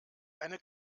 eine